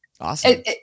awesome